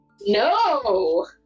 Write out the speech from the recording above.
No